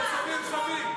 אתה הולך סביב-סביב.